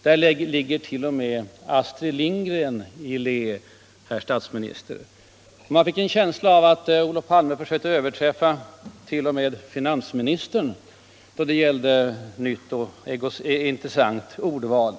Där ligger även Astrid Lindgren i lä, herr statsminister. Man fick en känsla av att Olof Palme försökte överträffa t.o.m. finansministern vad gäller nytt och intressant ordval.